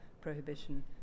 prohibition